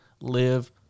live